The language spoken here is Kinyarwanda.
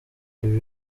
ibi